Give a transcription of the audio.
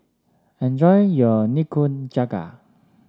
enjoy your Nikujaga